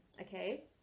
Okay